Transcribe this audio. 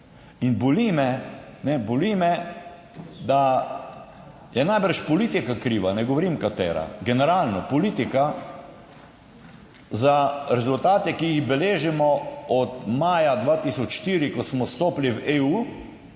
In boli me, ne boli me, da je najbrž politika kriva, ne govorim katera generalno politika. Za rezultate, ki jih beležimo od maja 2004, ko smo vstopili v EU